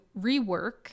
rework